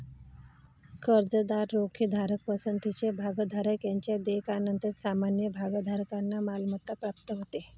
कर्जदार, रोखेधारक, पसंतीचे भागधारक यांच्या देयकानंतर सामान्य भागधारकांना मालमत्ता प्राप्त होते